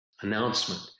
announcement